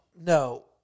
No